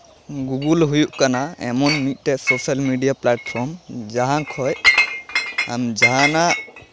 Google ᱦᱩᱭᱩᱜ ᱠᱟᱱᱟ ᱮᱢᱚᱱ ᱢᱤᱫᱴᱟᱱ ᱥᱳᱥᱟᱞ ᱢᱤᱰᱤᱭᱟ ᱯᱞᱟᱴᱯᱷᱨᱚᱢ ᱡᱟᱦᱟᱸ ᱠᱷᱚᱡ ᱟᱢ ᱡᱟᱦᱟᱱᱟᱜ